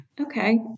Okay